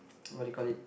what do you call it